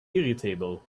irritable